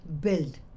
build